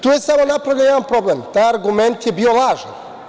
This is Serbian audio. Tu je samo napravljen jedan problem, taj argument je bio lažan.